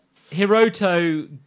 Hiroto